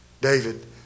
David